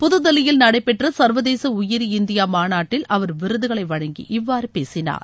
புதுதில்லியில் நடைபெற்ற சர்வதேச உயிரி இந்தியா மாநாட்டில் அவர் விருதுகளை வழங்கி இவ்வாறு பேசினார்